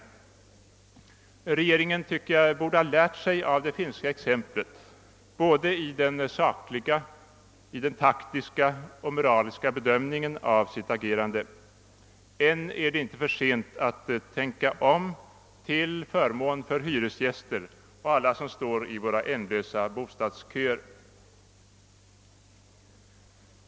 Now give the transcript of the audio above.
Vår regering borde ha lärt sig av det finska exemplet i både den sakliga, taktiska och moraliska bedömningen av sitt handlande. Än är det inte för sent att tänka om till förmån för hyresgäster och alla dem som står i våra ändlösa bostadsköer.